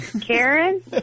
Karen